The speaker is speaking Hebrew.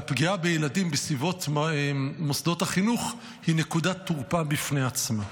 והפגיעה בילדים בסביבות מוסדות החינוך היא נקודת תורפה בפני עצמה.